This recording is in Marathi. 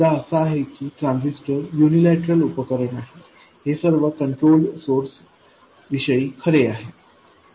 मुद्दा असा आहे की ट्रान्झिस्टर यूनिलैटरल उपकरण आहे हे सर्व कंट्रोलड सोर्स विषयी खरे आहे